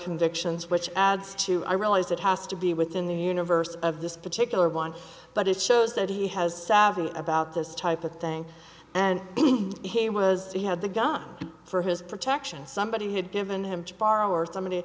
convictions which adds to i realize that has to be within the universe of this particular one but it shows that he has savvy about this type of thing and he was he had the gun for his protection somebody had given him to borrow or somebody